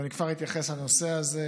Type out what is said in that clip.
ואני כבר אתייחס לנושא הזה,